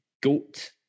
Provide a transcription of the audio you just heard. Goat